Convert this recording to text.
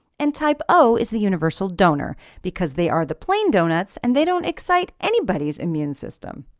and type o is the universal donor because they are the plain donuts and they don't excite anybody's immune system.